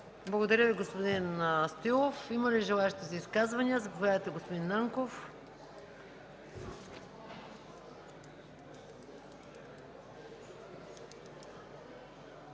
Благодаря Ви, господин Стоилов. Има ли други изказвания? Заповядайте, господин Нанков.